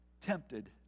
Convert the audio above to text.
tempted